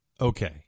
Okay